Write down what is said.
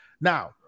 Now